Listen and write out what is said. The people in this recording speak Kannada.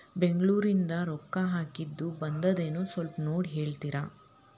ಬೆಂಗ್ಳೂರಿಂದ ರೊಕ್ಕ ಹಾಕ್ಕಿದ್ದು ಬಂದದೇನೊ ಸ್ವಲ್ಪ ನೋಡಿ ಹೇಳ್ತೇರ?